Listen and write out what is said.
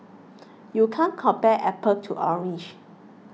you can't compare apple to orange